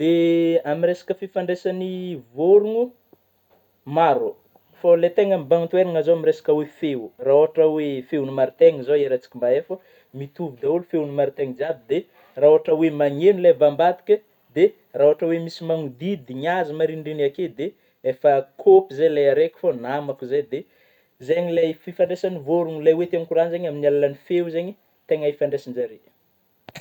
De amin'ny resaka fifandraisan'ny vôrona maro, fô ilay tegna mibahan-toeragna zao amin'ilay resaka oe feo, raha ôhatry oe feon'ny maritaina zao iarahantsika maheno fô mitôvy daholo feon'ny maritaina jiaby dia raha ohatra oe magneno ilay avy ambadiky dia raha ôhatry oe misy magnodidina azy marendregny ake dia efa kôpy izay ilay raiky fô namako zay, de zay ilay fifandraisan'ny vôrona ilay tiako kôragna zeigny, amin'ny alalan'ny feo zegny tena ifandraisan-jareo.